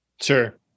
Sure